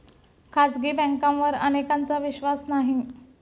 खाजगी बँकांवर अनेकांचा विश्वास नाही